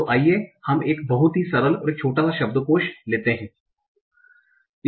तो आइए हम एक बहुत ही सरल और एक छोटा सा शब्दकोष लेते हैं